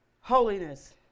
Holiness